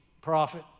prophet